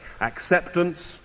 Acceptance